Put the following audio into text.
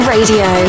Radio